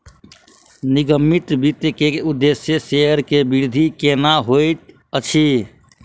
निगमित वित्त के उदेश्य शेयर के वृद्धि केनै होइत अछि